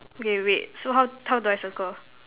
okay wait so how how do I circle